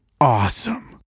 awesome